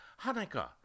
Hanukkah